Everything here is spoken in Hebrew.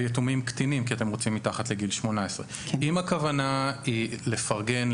ויתומים קטינים כי אתם רוצים מתחת לגיל 18. אם הכוונה היא לפרגן,